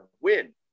win